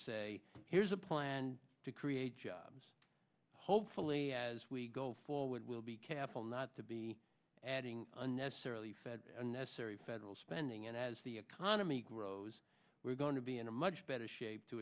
say here's a plan to create jobs hopefully as we go forward we'll be careful not to be adding unnecessarily fed unnecessary federal spending and as the economy grows we're going to be in a much better shape to